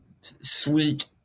sweet